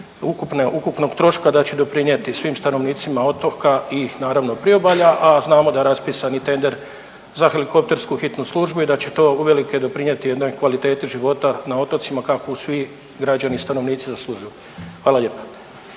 ukupnog troška da će doprinjeti svim stanovnicima otoka i naravno priobalja, a znamo da je raspisan i tender za Helikoptersku hitnu službu i da će to uvelike doprinjeti jednoj kvaliteti života na otocima kakvu svu građani i stanovnici zaslužuju. Hvala lijepa.